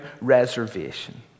reservation